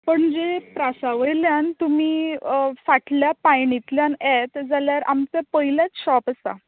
पणजे प्रासा वयल्यान तुमी फाटल्या पांयणींतल्यान येत जाल्यार आमचें पयलेंच शॉप आसा